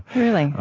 really?